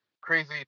crazy